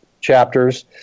chapters